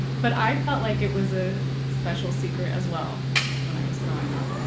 but i felt like it was a special secret as well when i was growing up.